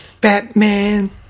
Batman